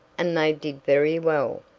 and they did very well.